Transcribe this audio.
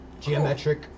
Geometric